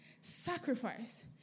Sacrifice